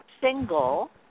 single